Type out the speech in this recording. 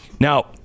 Now